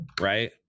right